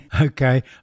okay